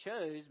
chose